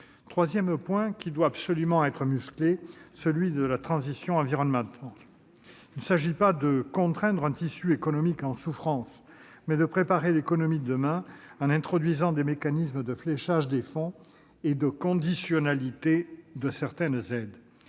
Troisième point, qui doit absolument être musclé : la transition environnementale. Il s'agit non pas de contraindre un tissu économique en souffrance, mais de préparer l'économie de demain, en instaurant des mécanismes de fléchage des fonds et de conditionnalité de certaines aides.